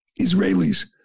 Israelis